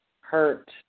hurt